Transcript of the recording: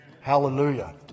Hallelujah